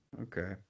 Okay